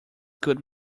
could